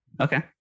Okay